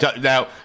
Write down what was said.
Now